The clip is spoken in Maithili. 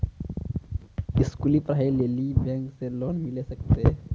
स्कूली पढ़ाई लेली बैंक से लोन मिले सकते?